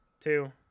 two